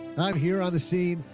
i'm here on the scene.